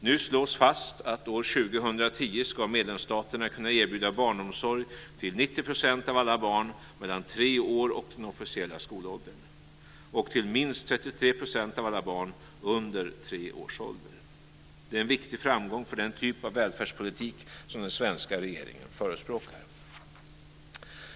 Nu slås fast att år 2010 ska medlemsstaterna kunna erbjuda barnomsorg till 90 % av alla barn mellan tre år och den officiella skolåldern och till minst 33 % av alla barn under tre års ålder. Det är en viktig framgång för den typ av välfärdspolitik som den svenska regeringen förespråkar.